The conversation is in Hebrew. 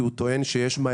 הוא החליט שיש על מה